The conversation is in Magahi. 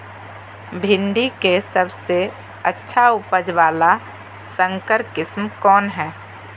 भिंडी के सबसे अच्छा उपज वाला संकर किस्म कौन है?